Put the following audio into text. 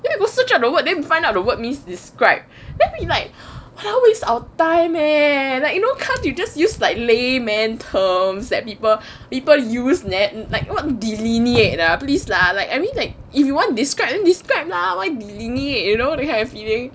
then we go search out the word then we find out the word means described then we like !huh! waste our time eh like you know can't you just use like layman terms that people people use meh and what delineate please lah like I mean like if you want to describe then describe lah what delineate you know that kind of feeling